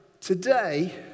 Today